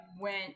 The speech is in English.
went